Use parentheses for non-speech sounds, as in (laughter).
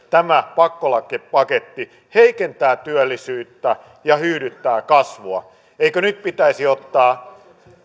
(unintelligible) tämä pakkolakipaketti heikentää työllisyyttä ja hyydyttää kasvua eikö nyt pitäisi ottaa